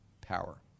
power